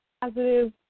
positive